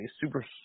super